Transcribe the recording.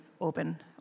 open